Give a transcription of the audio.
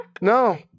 No